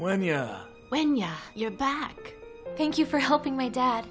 when you're when yeah you're back thank you for helping my dad